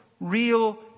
real